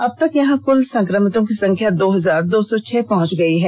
अबतक यहां कूल संक्रमितों की संख्या दो हजार दो सौ छह पहुंच गई है